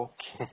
Okay